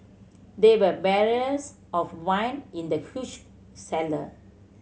there were barrels of wine in the huge cellar